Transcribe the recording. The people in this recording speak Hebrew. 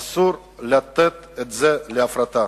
אסור לתת את זה להפרטה.